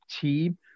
team